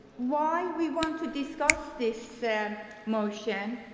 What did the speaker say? why we want to discuss this motion,